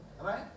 right